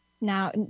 now